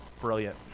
Brilliant